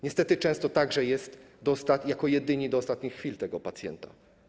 Niestety często także jest, że jako jedyni są do ostatnich chwil tego pacjenta.